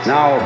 Now